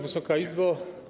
Wysoka Izbo!